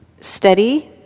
steady